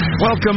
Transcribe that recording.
Welcome